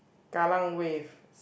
Kallang Wave